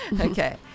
okay